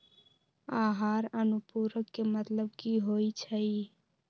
आहार अनुपूरक के मतलब की होइ छई?